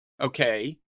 okay